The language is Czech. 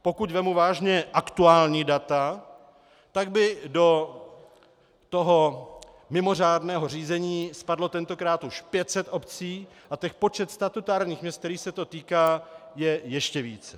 Pokud vezmu vážně aktuální data, tak by do toho mimořádného řízení spadlo tentokrát už 500 obcí a počet statutárních měst, kterých se to týká, je ještě větší.